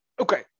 Okay